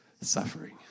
suffering